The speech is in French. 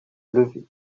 lever